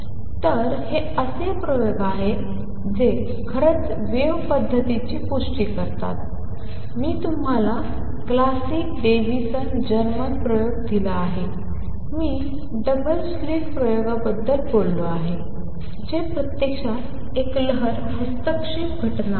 तर हे असे प्रयोग आहेत जे खरंच वेव्ह पद्धतीची पुष्टी करतात मी तुम्हाला क्लासिक डेव्हिसन जर्मर प्रयोग दिला आहे मी डबल स्लिट प्रयोगाबद्दल बोललो आहे जे प्रत्यक्षात एक लहर हस्तक्षेप घटना आहे